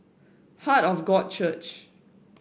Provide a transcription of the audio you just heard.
Heart of God Church